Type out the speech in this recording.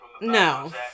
No